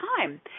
time